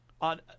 on